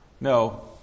No